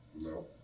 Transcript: No